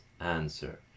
answer